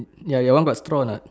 ya your one got straw or not